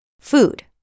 Food